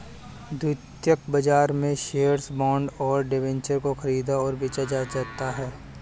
द्वितीयक बाजार में शेअर्स, बॉन्ड और डिबेंचर को ख़रीदा और बेचा जाता है